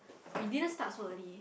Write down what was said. we didn't start so early